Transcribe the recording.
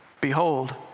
Behold